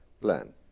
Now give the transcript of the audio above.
plan